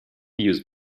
use